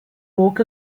walk